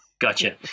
Gotcha